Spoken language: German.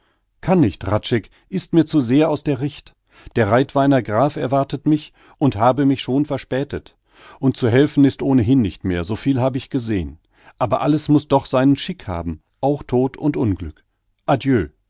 kann nicht hradscheck ist mir zu sehr aus der richt der reitweiner graf erwartet mich und habe mich schon verspätet und zu helfen ist ohnehin nicht mehr soviel hab ich gesehn aber alles muß doch seinen schick haben auch tod und unglück